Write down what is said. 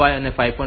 5 M 5